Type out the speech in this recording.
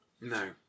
No